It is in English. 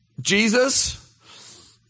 Jesus